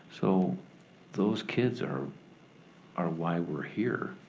so those kids are are why we're here.